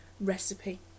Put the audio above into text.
recipe